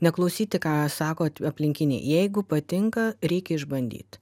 neklausyti ką sako aplinkiniai jeigu patinka reikia išbandyt